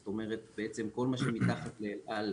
זאת אומרת, בעצם כל מה שמתחת לאל על,